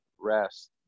rest